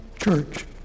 church